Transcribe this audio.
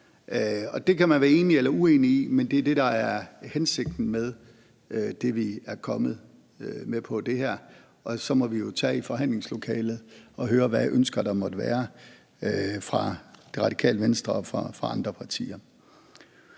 Det kan man være enig eller uenig i, men det er det, der er hensigten med det, vi er kommet med på det her, og så må vi jo tage i forhandlingslokalet og høre, hvilke ønsker der måtte være fra Radikale Venstre og fra andre partier.